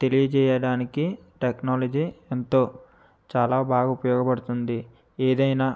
తెలియచేయడానికి technology ఎంతో చాలా బాగా ఉపయోగ పడుతుంది ఏదైనా